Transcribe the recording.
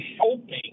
helping